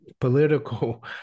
political